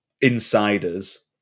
insiders